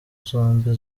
zombi